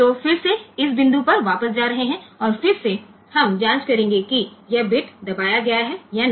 तो फिर से इस बिंदु पर वापस जा रहे हैं और फिर से हम जांच करेंगे कि यह बिट दबाया गया है या नहीं